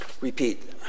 repeat